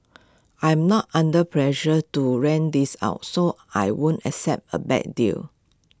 I'm not under pressure to rent this out so I won't accept A bad deal